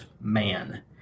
man